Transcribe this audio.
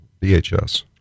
VHS